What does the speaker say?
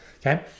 okay